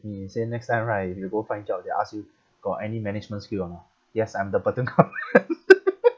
me say next time right if you go find job they ask you got any management skill or not yes I'm the platoon commander